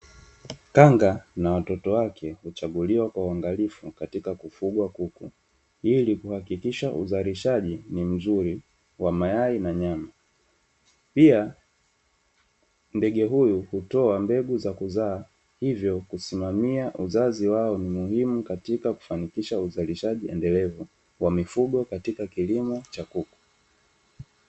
Kanga na watoto wake huchaguliwa kwa uangalifu katika kufugwa kuku ili kuhakikisha uzalishaji ni mzuri wa mayai na nyama. Pia ndege huyu hutoa mbegu za kuzaa hivyo kusimamia uzazi wao ni muhimu katika kufanikisha uzalishaji endelevu wa mifugo katika kilimo cha kuku.